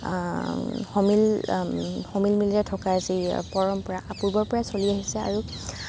সমিল সমিলমিলেৰে থকাৰ যি পৰম্পৰা পূৰ্বৰে পৰাই চলি আহিছে আৰু